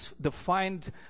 defined